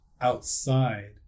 outside